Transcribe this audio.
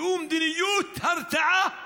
זו מדיניות הרתעה,